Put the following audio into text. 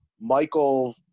Michael